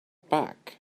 back